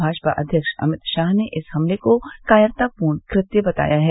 भाजपा अध्यक्ष अमित शाह ने इस हमले को कायरतापूर्ण कृत्य बताया है